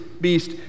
beast